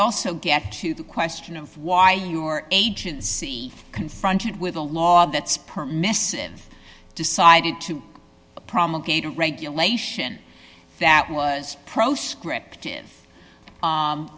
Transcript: also get to the question of why you were agents confronted with a law that's permissive decided to promulgated regulation that was proscript